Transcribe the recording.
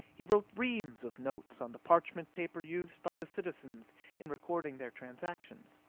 he wrote reams of notes on the parchment paper used by the citizens in recording their transactions.